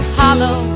hollow